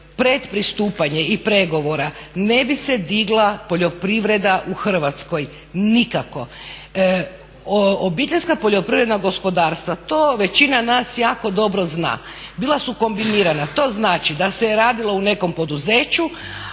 pretpristupanja i pregovora ne bi se digla poljoprivreda u Hrvatskoj, nikako. OPG-i, to većina nas jako dobro zna, bila su kombinirana. To znači da se radilo u nekom poduzeću,